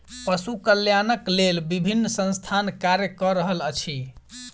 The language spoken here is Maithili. पशु कल्याणक लेल विभिन्न संस्थान कार्य क रहल अछि